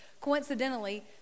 coincidentally